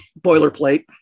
Boilerplate